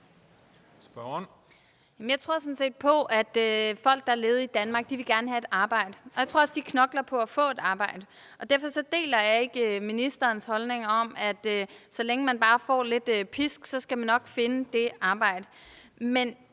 set på, at folk, der er ledige i Danmark, gerne vil have et arbejde. Jeg tror også, de knokler på for at få et arbejde. Derfor deler jeg ikke ministerens holdning om, at så længe man bare får lidt pisk, skal man nok finde det arbejde.